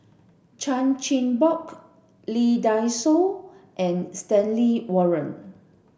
Chan Chin Bock Lee Dai Soh and Stanley Warren